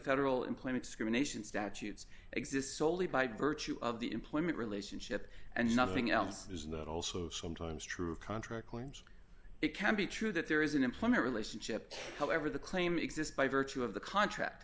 federal employment discrimination statutes exist solely by virtue of the employment relationship and nothing else is that also sometimes true of contract claims it can be true that there is an employment relationship however the claim exists by virtue of the contract